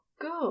good